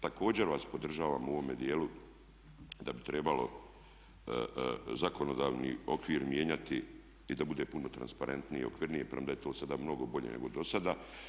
Također vas podržavam u ovome dijelu da bi trebalo zakonodavni okvir mijenjati i da bude puno transparentnije i okvirnije, premda je to sada mnogo bolje nego do sada.